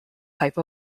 type